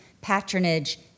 patronage